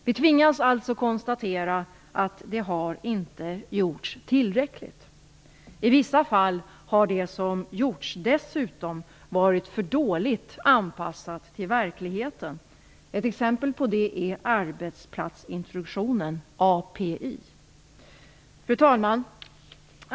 Vi tvingas alltså konstatera att det inte gjorts tillräckligt. I vissa fall har det som gjorts dessutom varit för dåligt anpassat till verkligheten. Ett exempel på det är arbetsplatsintroduktionen, API. Fru talman!